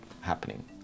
happening